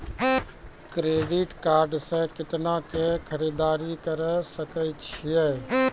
Credit card से कितना के खरीददारी करे सकय छियै?